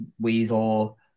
weasel